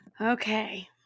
Okay